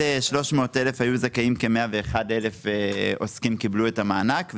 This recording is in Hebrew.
300,000 שקל כ-101,000 עוסקים קיבלו את המענק,